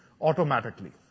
automatically